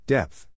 Depth